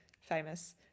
famous